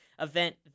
event